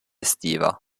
estiva